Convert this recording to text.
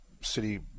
City